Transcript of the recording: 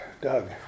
Doug